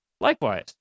Likewise